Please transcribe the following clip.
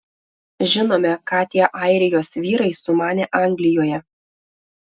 žinome ką tie airijos vyrai sumanė anglijoje